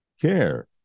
care